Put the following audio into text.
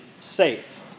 safe